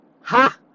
ha